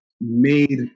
made